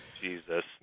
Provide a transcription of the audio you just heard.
Jesus